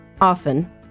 Often